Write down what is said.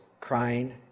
crying